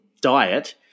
diet